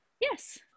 Yes